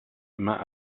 immer